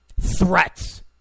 Threats